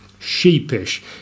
Sheepish